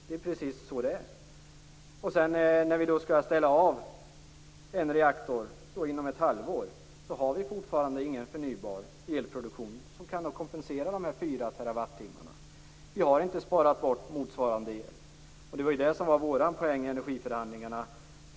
När vi sedan skall ställa av en reaktor inom ett halvår kommer vi fortfarande inte att ha någon förnybar elproduktion som kan kompensera de fyra terawattimmarna. Vi har inte sparat motsvarande el, vilket var vår poäng i energiförhandlingarna.